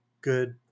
good